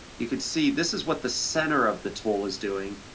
you could see, this is what the center of the tool is doing,